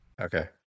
Okay